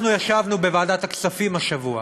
אנחנו ישבנו בוועדת הכספים השבוע